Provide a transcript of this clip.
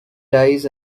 dies